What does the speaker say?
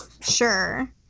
Sure